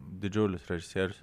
didžiulis režisierius